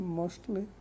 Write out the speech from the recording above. mostly